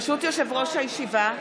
ברשות יושב-ראש הישיבה,